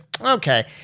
okay